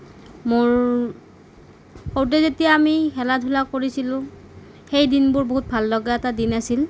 মোৰ সৰুতে যেতিয়া আমি খেলা ধূলা কৰিছিলো সেই দিনবোৰ বহুত ভাল লগা এটা দিন আছিল